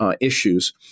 issues